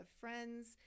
friends